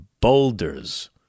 boulders